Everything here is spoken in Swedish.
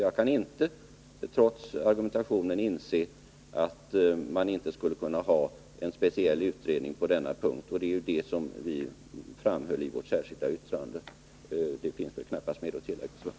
Jag kan inte trots argumentationen inse att man inte skulle kunna ha en speciell utredning på denna punkt. Det är ju det som vi framhöll i vårt särskilda yttrande. Det finns väl knappast mer att tillägga.